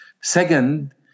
Second